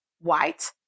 white